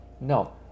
No